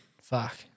fuck